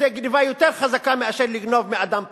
זו גנבה יותר חזקה מאשר לגנוב מאדם פרטי.